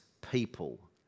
people